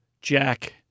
Jack